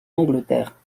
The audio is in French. angleterre